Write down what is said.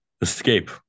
escape